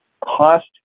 cost